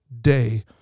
day